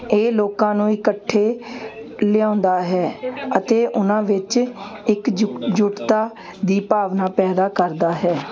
ਇਹ ਲੋਕਾਂ ਨੂੰ ਇਕੱਠੇ ਲਿਆਉਂਦਾ ਹੈ ਅਤੇ ਉਹਨਾਂ ਵਿੱਚ ਇੱਕ ਜੁੱਟਤਾ ਦੀ ਭਾਵਨਾ ਪੈਦਾ ਕਰਦਾ ਹੈ